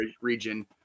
region